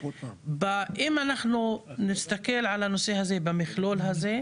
אם אנחנו נסתכל על הנושא הזה במכלול הזה,